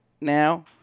now